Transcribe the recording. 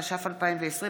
התש"ף 2020,